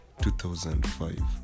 2005